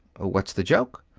what's the joke?